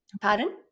Pardon